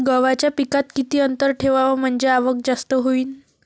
गव्हाच्या पिकात किती अंतर ठेवाव म्हनजे आवक जास्त होईन?